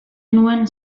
nuen